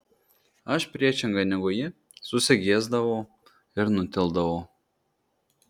aš priešingai negu ji susigėsdavau ir nutildavau